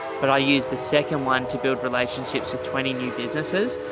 but i use the second one to build relationships with twenty new businesses.